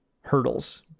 hurdles